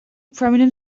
prominent